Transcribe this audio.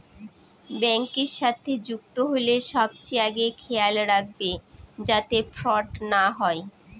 ব্যাঙ্কের সাথে যুক্ত হইলে সবচেয়ে আগে খেয়াল রাখবে যাতে ফ্রড না হয়